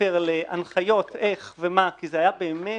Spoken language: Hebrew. ספר להנחיות איך ומה, כי זה היה באמת